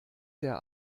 sehr